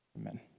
Amen